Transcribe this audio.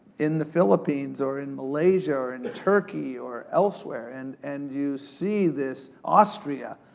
in the philippines, or in malaysia, or in turkey, or elsewhere. and and you see this, austria,